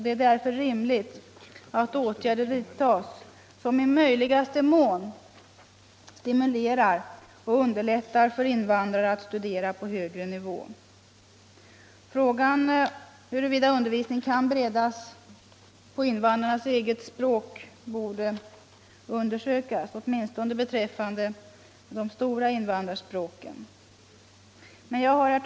Det är därför rimligt att åtgärder vidtas som stimulerar och underlättar för invandrare att studera på högre nivå. Frågan huruvida undervisning kan beredas på invandrarnas eget språk borde undersökas, åtminstone beträffande de stora invandrarspråken. Herr talman!